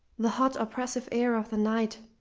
the hot, oppressive air of the night